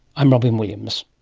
i'm robyn williams